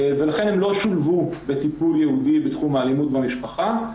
לכן הם לא שולבו בטיפול ייעודי בתחום האלימות במשפחה.